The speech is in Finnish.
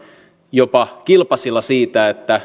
jopa kilpasilla siitä